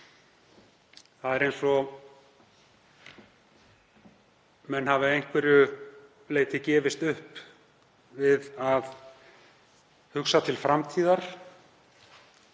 það er eins og menn hafi að einhverju leyti gefist upp við að hugsa til framtíðar.